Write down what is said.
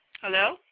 Hello